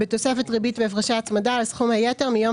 בתוספת ריבית והפרשי הצמדה על סכום היתר מיום